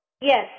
Yes